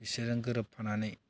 बिसोरजों गोरोबफानानै